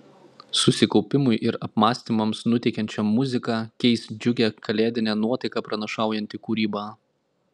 susikaupimui ir apmąstymams nuteikiančią muziką keis džiugią kalėdinę nuotaiką pranašaujanti kūryba